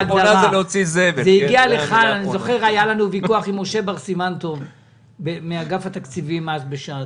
היה לנו ויכוח עם משה בר סימן טוב מאגף התקציבים בשעתו.